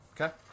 Okay